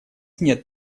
нет